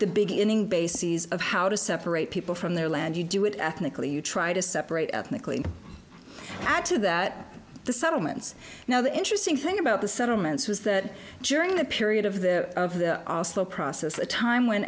the beginning bases of how to separate people from their land you do it ethnically you try to separate ethnically add to that the settlements now the interesting thing about the settlements was that during the period of the of the also process a time when